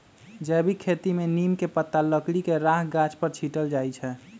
जैविक खेती में नीम के पत्ता, लकड़ी के राख गाछ पर छिट्ल जाइ छै